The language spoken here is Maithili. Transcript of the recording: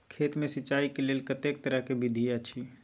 खेत मे सिंचाई के लेल कतेक तरह के विधी अछि?